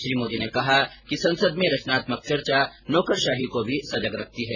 श्री मोदी ने कहा कि संसद में रचनात्मक चर्चा नौकरशाही को भी सजग रखती है